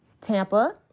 Tampa